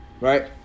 right